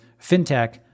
fintech